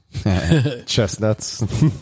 Chestnuts